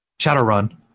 Shadowrun